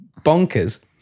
bonkers